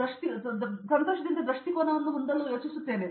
ಆದ್ದರಿಂದ ನಾನು ಬಹಳ ಸಂತೋಷವನ್ನು ದೃಷ್ಟಿಕೋನದಿಂದ ಹೊಂದಲು ಯೋಚಿಸುತ್ತಿದ್ದೇನೆ